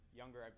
younger